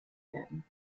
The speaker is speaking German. werden